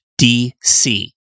dc